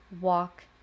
walk